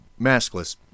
maskless